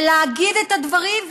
ולהגיד את הדברים,